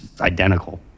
identical